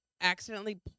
accidentally